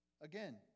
again